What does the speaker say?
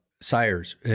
sires